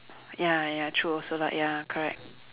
ya ya true also lah ya correct